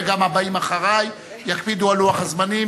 וגם הבאים אחרי יקפידו על לוח הזמנים,